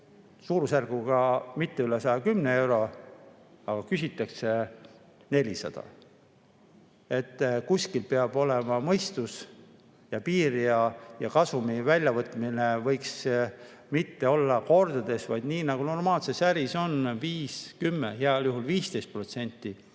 suurusjärgus mitte üle 110 euro, aga küsitakse 400. Kuskil peab olema mõistus ja piir. Kasumi väljavõtmine võiks olla mitte kordades, vaid nii, nagu normaalses äris on, 5%, 10%, heal juhul 15%.